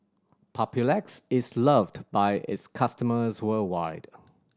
Papulex is loved by its customers worldwide